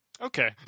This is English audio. okay